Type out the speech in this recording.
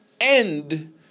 end